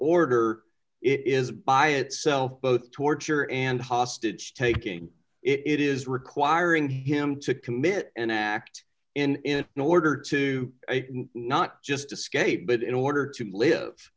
order it is by itself both torture and hostage taking it is requiring him to commit an act in in order to not just escape but in order to live